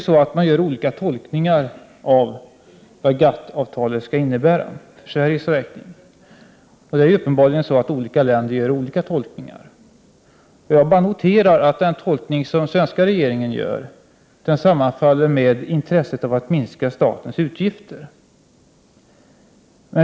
Det görs olika tolkningar av vad GATT-avtalet skall innebära för Sveriges del. Uppenbarligen gör olika länder olika tolkningar. Jag noterar bara att den tolkning som den svenska regeringen gör sammanfaller med intresset av att minska statens utgifter.